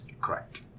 Correct